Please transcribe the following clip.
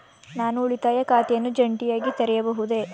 ನಾನು ಉಳಿತಾಯ ಖಾತೆಯನ್ನು ಜಂಟಿಯಾಗಿ ತೆರೆಯಬಹುದೇ?